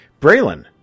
Braylon